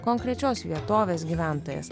konkrečios vietovės gyventojas